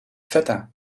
feta